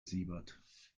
siebert